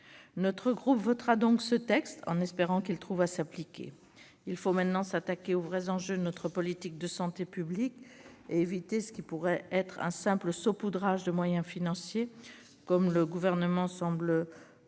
Notre groupe votera donc ce texte en espérant qu'il trouve à s'appliquer. Il faut s'attaquer maintenant aux vrais enjeux de notre politique de santé publique et éviter un simple saupoudrage de moyens financiers, comme le Gouvernement semble vouloir